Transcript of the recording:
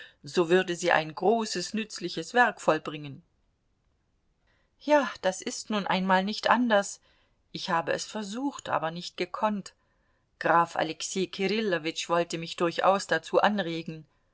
so würde sie ein großes nützliches werk vollbringen ja das ist nun einmal nicht anders ich habe es versucht aber nicht gekonnt graf alexei kirillowitsch wollte mich durchaus dazu anregen